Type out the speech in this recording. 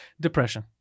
depression